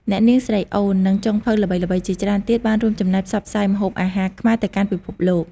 អ្នកនាង ស្រីអូន និងចុងភៅល្បីៗជាច្រើនទៀតបានរួមចំណែកផ្សព្វផ្សាយម្ហូបអាហារខ្មែរទៅកាន់ពិភពលោក។